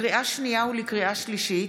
לקריאה שנייה ולקריאה שלישית: